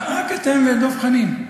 רק אתם ודב חנין.